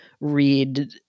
read